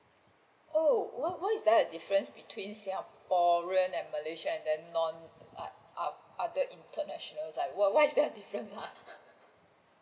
oh why why is there a difference between singaporean and malaysian and then non ot~ other internationals like wha~ why is there a difference ah